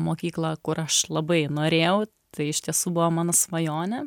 mokyklą kur aš labai norėjau tai iš tiesų buvo mano svajonė